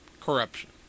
Corruption